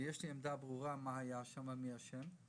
ויש לי עמדה ברורה מה היה שם ומי אשם.